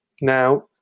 Now